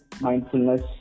mindfulness